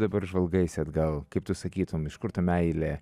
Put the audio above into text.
dabar žvalgaisi atgal kaip tu sakytum iš kur ta meilė